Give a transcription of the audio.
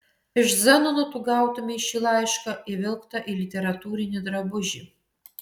iš zenono tu gautumei šį laišką įvilktą į literatūrinį drabužį